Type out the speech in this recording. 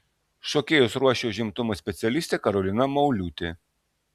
šokėjus ruošė užimtumo specialistė karolina mauliūtė